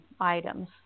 items